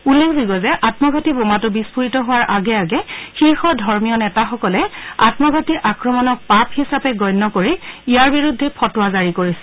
উল্লেখযোগ্য যে আন্মঘাটী বোমাটো বিস্ফোৰিত হোৱাৰ আগে আগে শীৰ্ষ ধৰ্মীয় নেতাসকলে আমঘাটী আক্ৰমণক পাপ হিচাপে গণ্য কৰি ইয়াৰ বিৰুদ্ধে ফটোৱা জাৰি কৰিছিল